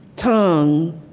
tongue